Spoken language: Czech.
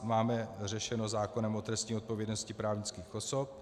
Máme řešeno zákonem o trestní odpovědnosti právnických osob.